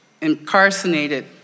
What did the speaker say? incarcerated